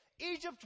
Egypt